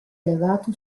elevato